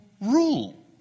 rule